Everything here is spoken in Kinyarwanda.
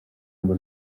ngo